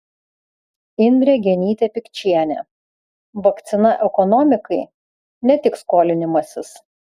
indrė genytė pikčienė vakcina ekonomikai ne tik skolinimasis